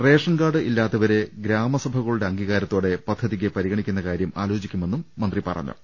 ration card ഇല്ലാത്തവരെ ഗ്രാസഭക ളുടെ അംഗീകാരത്തോടെ പദ്ധതിക്ക് പരിഗണിക്കുന്ന കാര്യം ആലോചിക്കുമെന്നും മന്ത്രി പറഞ്ഞു